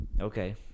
Okay